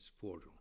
portal